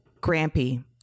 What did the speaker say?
Grampy